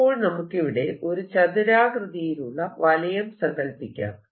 അപ്പോൾ നമുക്കിവിടെ ഒരു ചതുരാകൃതിയിലുള്ള വലയം സങ്കല്പിക്കാം